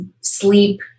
sleep